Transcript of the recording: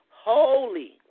holy